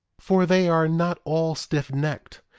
for they are not all stiffnecked.